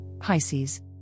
Pisces